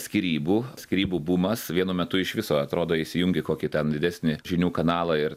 skyrybų skyrybų bumas vienu metu iš viso atrodo įsijungi kokį ten didesnį žinių kanalą ir